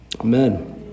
amen